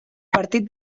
partit